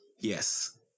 Yes